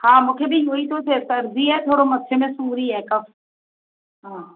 हा मूंखे बि इहेई थो थिए सर्दी आहे थोड़ो मथे में सूर ई आहे कफ हा